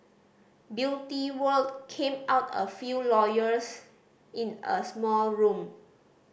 Beauty World came out a few lawyers in a small room